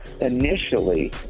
initially